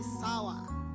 sour